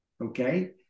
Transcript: okay